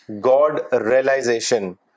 God-realization